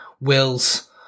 Will's